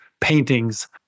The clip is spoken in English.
paintings